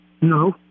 No